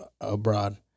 abroad